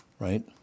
right